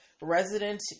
Resident